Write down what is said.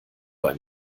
bei